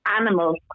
animals